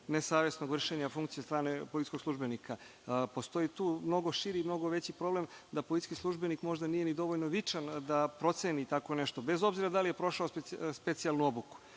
nesavesnog vršenja funkcije od strane policijskog službenika. Postoji tu mnogo širi i mnogo veći problem da policijski službenik možda nije ni dovoljno vičan da proceni tako nešto, bez obzira da li je prošao specijalnu obuku,